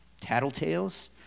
tattletales